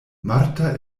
marta